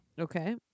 Okay